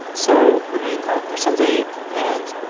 so, i mean, my my son's eight and